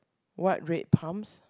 what red pumps